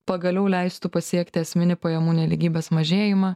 pagaliau leistų pasiekti esminį pajamų nelygybės mažėjimą